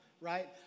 right